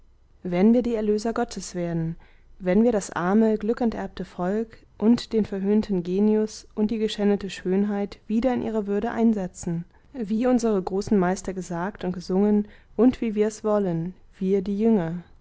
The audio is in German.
wenn wir die erlöser gottes werden wenn wir das arme glückenterbte volk und den verhöhnten genius und die geschändete schönheit wieder in ihre würde einsetzen wie unsere großen meister gesagt und gesungen und wie wir es wollen wir die jünger